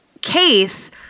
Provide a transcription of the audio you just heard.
case